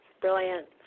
brilliant